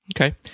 Okay